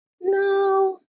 no